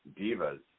divas